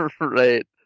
Right